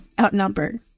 outnumbered